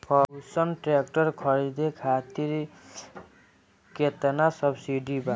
Ferguson tractor के खरीद करे खातिर केतना सब्सिडी बा?